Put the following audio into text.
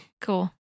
Cool